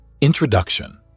Introduction